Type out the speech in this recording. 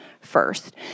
first